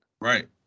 Right